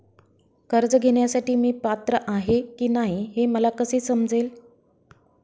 कर्ज घेण्यासाठी मी पात्र आहे की नाही हे मला कसे समजेल?